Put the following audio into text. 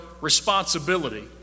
responsibility